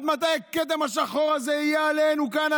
עד מתי הכתם השחור הזה יהיה עלינו כאן,